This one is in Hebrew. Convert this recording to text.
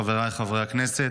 חבריי חברי הכנסת,